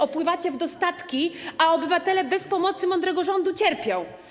Opływacie w dostatki, a obywatele bez pomocy mądrego rządu cierpią.